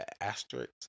asterisk